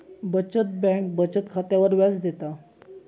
बचत बँक बचत खात्यावर व्याज देता